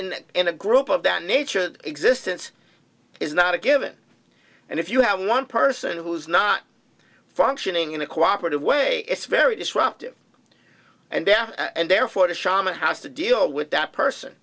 in in a group of that nature the existence is not a given and if you have one person who is not functioning in a cooperative way it's very disruptive and there and therefore the schama has to deal with that person